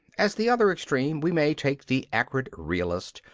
as the other extreme, we may take the acrid realist,